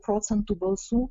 procentų balsų